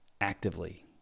actively